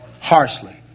harshly